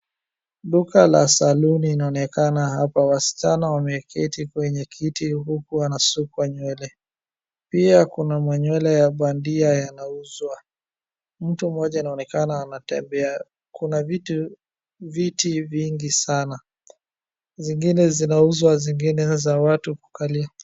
Duka la saluni linaonekana hapa, wasichana wameketi kwenye kiti huku wanasukwa nywele pia kuna nywele ya bandia yanauzwa. Mtu mmoja inaonekana anatembea kuna viti vingi sana zingine zinauzwa zingine za watu kukalia.